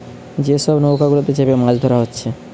যে সব নৌকা গুলাতে চেপে মাছ ধোরা হচ্ছে